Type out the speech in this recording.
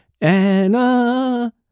Anna